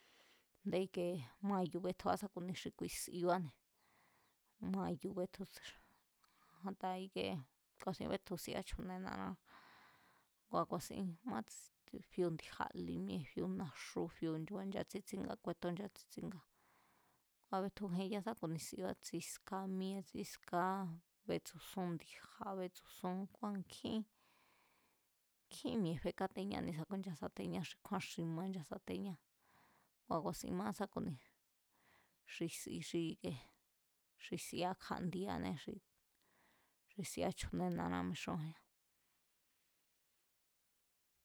A̱nde ikie mayu̱ betjua sá ku̱ni xi sibáne̱, mayu̱ betju a̱ta ikie ku̱a̱sin bétju sia chju̱nena̱ná ngua̱ ku̱a̱sin mátsi̱, fíu̱ ndi̱ja̱li míée̱ fíu̱ naxú fío̱ kua̱ nchatsitsíngá kuetón nchatsítsíngá, kua̱ betju jeya sá ku̱ni sibá, tsi̱ska míée̱ tsi̱ská, betsu̱sún ndi̱ja̱ bétsu̱sún, kua̱ nkjín nkjín mi̱e̱ fekáteñáne̱ nchasateñá xi kjúan xi ma nchasateñá, kua̱ ku̱a̱sin masá ku̱ni xi si xí ike xi siá kja̱n'dieanee̱ xi, xi siá chju̱nena̱ná mixúa̱nñá.